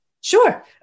Sure